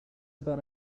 about